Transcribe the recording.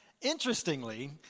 Interestingly